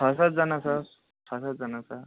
छ सातजना छ छ सातजना छ